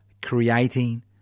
creating